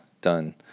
done